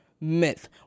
myth